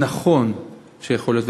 נכון שיכול להיות,